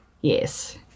yes